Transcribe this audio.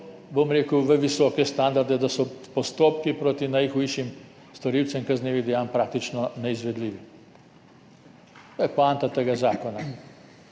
v tako visoke standarde, da so postopki proti najhujšim storilcem kaznivih dejanj praktično neizvedljivi. To je poanta tega zakona.